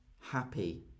happy